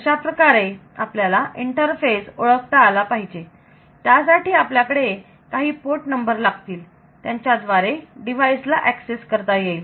अशाप्रकारे आपल्याला इंटरफेस ओळखता आला पाहिजे त्यासाठी आपल्याकडे काही पोर्ट नंबर लागतील त्यांच्याद्वारे डिवाइस ला एक्सेस करता येईल